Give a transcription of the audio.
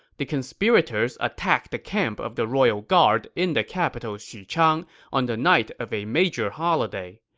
the conspirators attacked the camp of the royal guard in the capital xuchang on the night of a major holiday